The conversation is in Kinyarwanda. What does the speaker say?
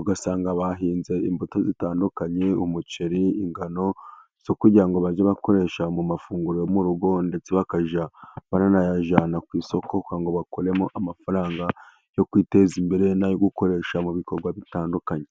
ugasanga bahinze imbuto zitandukanye umuceri, ingano zo kugira ngo bajye bakoresha mu mafunguro yo mu rugo, ndetse bakajya baranayajyana ku isoko kugira ngo bakuremo amafaranga yo kwiteza imbere n'ayo gukoresha mu bikorwa bitandukanye.